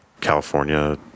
california